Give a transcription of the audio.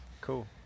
cool